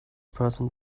person